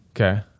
Okay